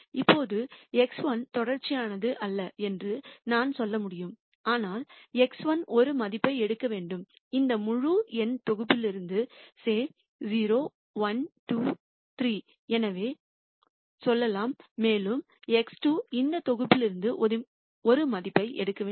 இப்போது x1 தொடர்ச்சியானது அல்ல என்று நான் சொல்ல முடியும் ஆனால் x1 ஒரு மதிப்பை எடுக்க வேண்டும் இந்த முழு எண் தொகுப்பிலிருந்து say 0 1 2 3 எனவே சொல்லலாம் மேலும் x2 இந்த தொகுப்பில் ஒரு மதிப்பை எடுக்க வேண்டும்